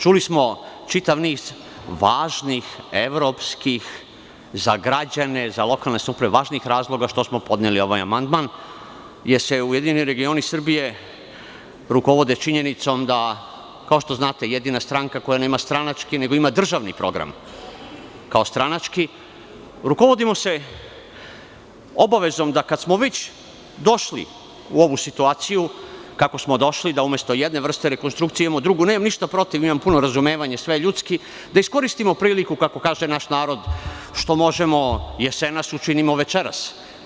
Čuli smo čitav niz važnih evropskih, za građane, za lokalne samouprave, važnih razloga što smo podneli ovaj amandman, jer se URS rukovode činjenicom, kao što znate, jedina stranka koja nema stranački, nego ima državni program, kao stranački se rukovodimo obavezom, da kada smo već došli u ovu situaciju, kako smo došli, da umesto jedne vrste rekonstrukcije imamo drugu, nemam ništa protiv, imam puno razumevanja, sve je ljudski, da iskoristimo priliku kako kaže naš narod, što možemo jesenas, učinimo večeras.